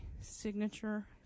signature